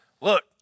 Look